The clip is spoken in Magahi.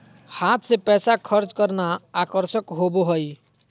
हाथ से पैसा खर्च करना आकर्षक होबो हइ